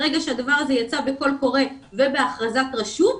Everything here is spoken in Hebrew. ברגע שהדבר הזה יצא בקול קורא ובהכרזת רשות,